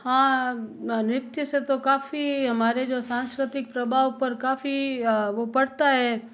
हाँ नृत्य से तो काफ़ी हमारे जो सांस्कृतिक प्रभाव पर काफ़ी वो पड़ता है